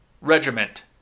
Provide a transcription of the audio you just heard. regiment